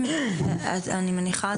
אני מניחה,